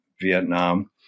Vietnam